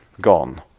gone